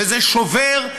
וזה שובר,